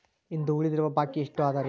ಇಂದು ಉಳಿದಿರುವ ಬಾಕಿ ಎಷ್ಟು ಅದರಿ?